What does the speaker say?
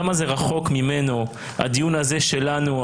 כמה זה רחוק ממנו הדיון הזה שלנו,